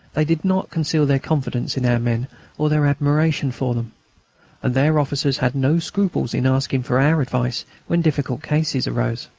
they did not conceal their confidence in our men or their admiration for them and their officers had no scruples in asking for our advice when difficult cases arose.